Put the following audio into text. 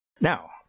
Now